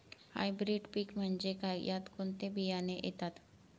Hybrid पीक म्हणजे काय? यात कोणते बियाणे येतात?